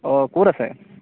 অঁ ক'ত আছে